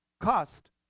cost